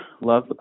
Love